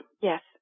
yes